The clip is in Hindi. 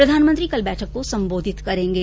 प्रधानमंत्री कल बैठक को संबोधित करेंगे